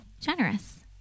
generous